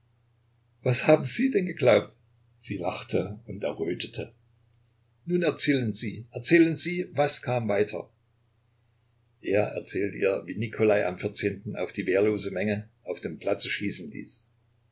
was haben sie denn geglaubt sie lachte und errötete nun erzählen sie erzählen sie was kam weiter er erzählte ihr wie nikolai am vierzehnten auf die wehrlose menge auf dem platze schießen ließ